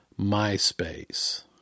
MySpace